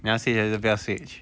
你要 switch 还是不要 switch